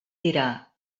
dirà